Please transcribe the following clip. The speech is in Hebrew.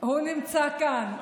הוא נמצא כאן.